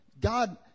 God